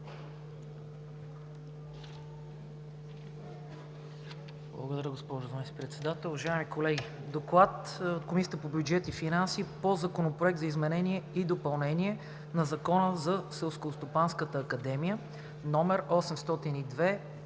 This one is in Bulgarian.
Благодаря, госпожо Председател. Уважаеми колеги! „ДОКЛАД на Комисията по бюджет и финанси по Законопроект за изменение и допълнение на Закона за Селскостопанската академия, №